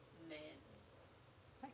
man